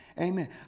Amen